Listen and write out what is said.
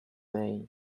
day